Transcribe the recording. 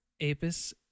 apis